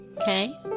Okay